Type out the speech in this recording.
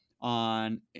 on